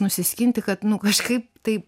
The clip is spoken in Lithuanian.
nusiskinti kad nu kažkaip tai